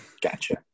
Gotcha